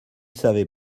savez